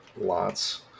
Lots